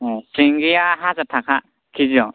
ए सिंगिया हाजार थाखा खिजियाव